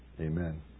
Amen